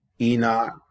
enoch